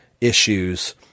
issues